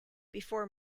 before